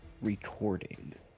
recording